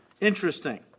Interesting